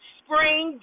spring